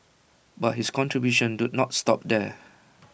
but his contributions do not stop there